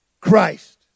Christ